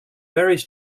various